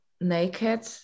naked